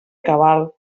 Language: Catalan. cabal